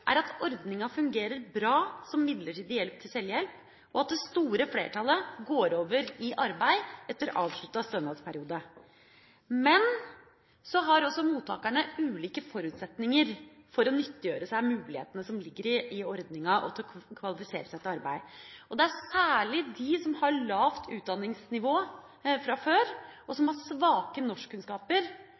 er at ordninga fungerer bra som midlertidig hjelp til selvhjelp, og at det store flertallet går over i arbeid etter avsluttet stønadsperiode. Men så har også mottakerne ulike forutsetninger for å nyttiggjøre seg mulighetene som ligger i ordninga, og til å kvalifisere seg til arbeid. Det er særlig de som har lavt utdanningsnivå fra før, og som har svake norskkunnskaper,